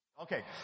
Okay